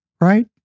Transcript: right